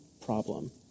problem